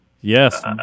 yes